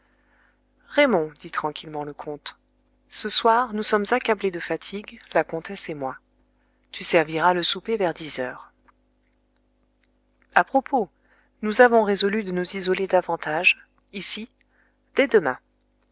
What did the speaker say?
raymond dit tranquillement le comte ce soir nous sommes accablés de fatigue la comtesse et moi tu serviras le souper vers dix heures à propos nous avons résolu de nous isoler davantage ici dès demain